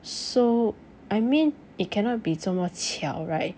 so I mean it cannot be 这么巧 right